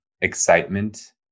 excitement